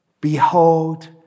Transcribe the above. behold